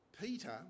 Peter